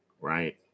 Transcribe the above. right